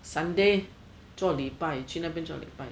sunday 做礼拜去那边做礼拜